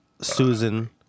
Susan